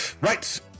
Right